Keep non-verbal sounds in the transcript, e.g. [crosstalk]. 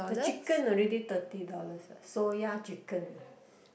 the chicken already thirty dollars eh soya chicken uh [breath]